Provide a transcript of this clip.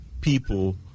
people